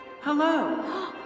Hello